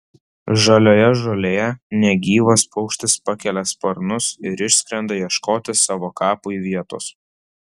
žalioje žolėje negyvas paukštis pakelia sparnus ir išskrenda ieškoti savo kapui vietos